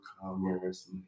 Commerce